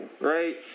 right